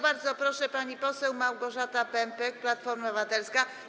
Bardzo proszę, pani poseł Małgorzata Pępek, Platforma Obywatelska.